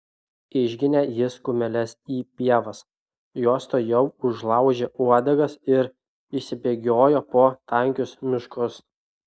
išginė jis kumeles į pievas jos tuojau užlaužė uodegas ir išsibėgiojo po tankius miškus